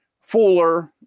Fuller